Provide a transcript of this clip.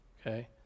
okay